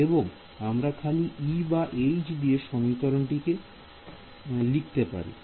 এবং আমরা খালি E বা H দিয়ে সমীকরণটি কে জিততে পারে